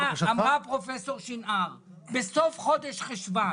פרופ' שנער אמרה בסוף חודש חשוון